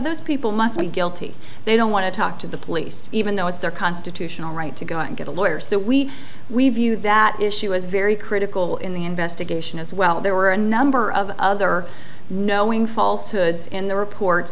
those people must be guilty they don't want to talk to the police even though it's their constitutional right to go and get a lawyer so we we view that issue as very critical in the investigation as well there were a number of other knowing false hoods in the reports